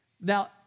Now